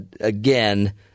again